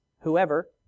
whoever